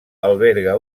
alberga